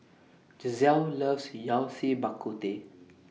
Giselle loves Yao Cai Bak Kut Teh